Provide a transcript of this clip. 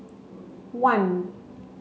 one